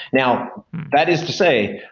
now, that is to say,